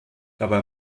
dabei